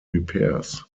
repairs